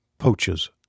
poachers